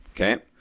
Okay